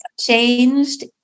changed